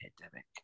pandemic